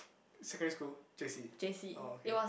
secondary school J_C orh okay